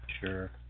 Sure